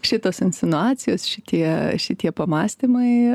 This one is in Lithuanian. šitos insinuacijos šitie šitie pamąstymai